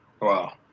Wow